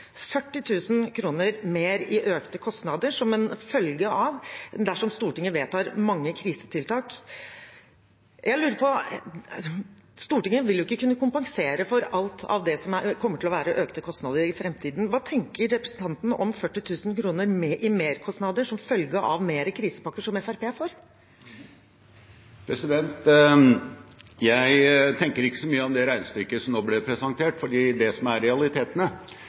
i økte kostnader som en følge dersom Stortinget vedtar mange krisetiltak. Jeg lurer på: Stortinget vil jo ikke kunne kompensere for alt av det som kommer til å være økte kostnader i framtiden. Hva tenker representanten om 40 000 kr i merkostnader som følge av flere krisepakker, som Fremskrittspartiet er for? Jeg tenker ikke så mye om det regnestykket som nå ble presentert. Det som er realitetene,